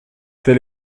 tel